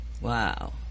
Wow